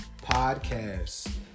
Podcast